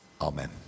Amen